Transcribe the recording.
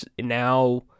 now